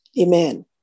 Amen